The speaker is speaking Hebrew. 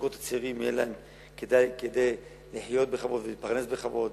לזוגות הצעירים יהיה כדי לחיות בכבוד ולהתפרנס בכבוד,